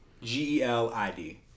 G-E-L-I-D